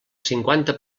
cinquanta